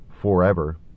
forever